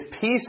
peace